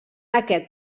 aquest